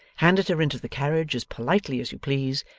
handed her into the carriage as politely as you please,